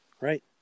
right